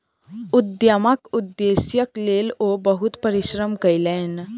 उद्यमक उदेश्यक लेल ओ बहुत परिश्रम कयलैन